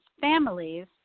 families